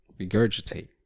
Regurgitate